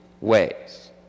ways